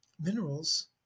minerals